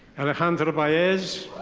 alejandra baez.